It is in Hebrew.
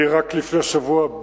רק לפני שבוע,